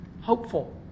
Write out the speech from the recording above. Hopeful